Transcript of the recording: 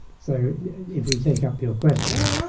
so if we take up your question,